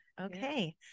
Okay